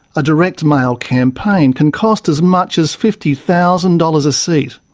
a direct mail campaign can cost as much as fifty thousand dollars a seat.